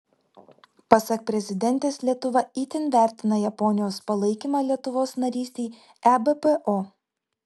pasak prezidentės lietuva itin vertina japonijos palaikymą lietuvos narystei ebpo